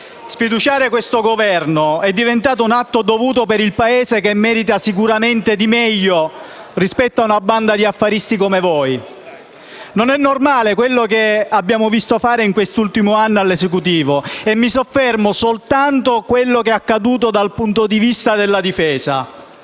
sfiduciare questo Governo è diventato un atto dovuto per il Paese, che merita sicuramente di meglio rispetto a una banda di affaristi come voi! Non è normale quello che abbiamo visto fare, in quest'ultimo anno, all'Esecutivo. E mi soffermo solo su quanto è accaduto in materia di Difesa: